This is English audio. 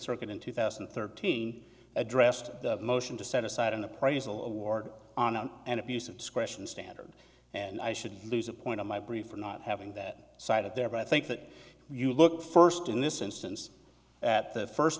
circuit in two thousand and thirteen addressed the motion to set aside an appraisal award on an abuse of discretion standard and i should lose a point in my brief for not having that side of there but i think that you look first in this instance at the first